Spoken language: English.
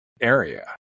area